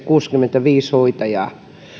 kuusikymmentäviisi hoitajaa